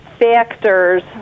factors